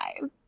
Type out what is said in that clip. guys